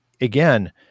again